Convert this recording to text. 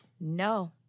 No